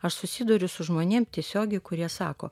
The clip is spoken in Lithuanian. aš susiduriu su žmonėm tiesiogiai kurie sako